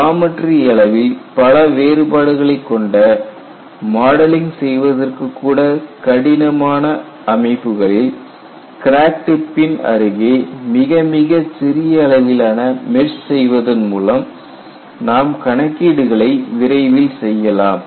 geometry அளவில் பல வேறுபாடுகளை கொண்ட மாடலிங் செய்வதற்கு கூட கடினமான அமைப்புகளில் கிராக் டிப்பின் அருகே மிகமிகச் சிறிய அளவிலான மெஷ் செய்வதன் மூலம் நாம் கணக்கீடுகளை விரைவில் செய்யலாம்